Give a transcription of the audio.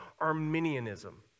Arminianism